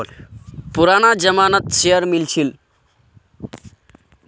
पुराना जमाना त शेयर मिल छील